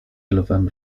lwem